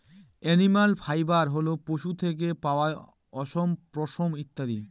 animal fibre হল পশু থেকে পাওয়া অশম, পশম ইত্যাদি